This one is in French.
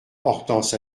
hortense